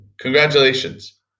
Congratulations